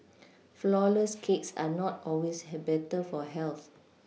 flourless cakes are not always had better for health